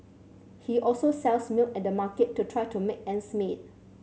he also sells milk at the market to try to make ends meet